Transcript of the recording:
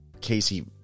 Casey